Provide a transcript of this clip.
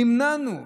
נמנענו.